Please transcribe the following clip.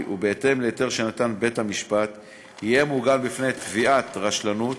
ובהתאם להיתר שנתן בית-המשפט יהיה מוגן בפני תביעת רשלנות,